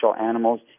animals